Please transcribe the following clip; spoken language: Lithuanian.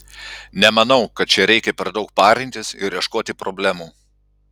nemanau kad čia reikia per daug parintis ir ieškoti problemų